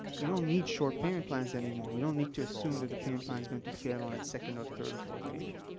we don't need short payment plans anymore we don't need to assume that the payment plan is going to fail on its second or third or fourth payment.